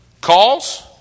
calls